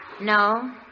No